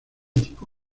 tipo